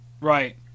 Right